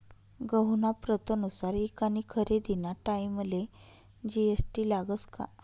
गहूना प्रतनुसार ईकानी खरेदीना टाईमले जी.एस.टी लागस का?